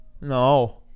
No